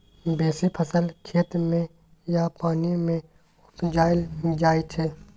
बेसी फसल खेत मे या पानि मे उपजाएल जाइ छै